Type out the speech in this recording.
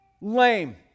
lame